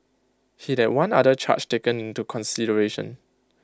he had one other charge taken into consideration